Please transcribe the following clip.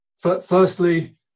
Firstly